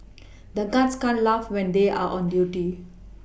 the guards can't laugh when they are on duty